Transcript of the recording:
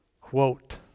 quote